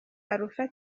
alpha